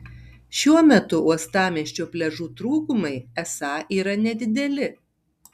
šiuo metu uostamiesčio pliažų trūkumai esą yra nedideli